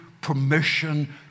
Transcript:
permission